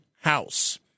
House